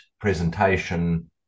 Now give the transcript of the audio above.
presentation